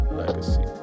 legacy